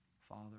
Father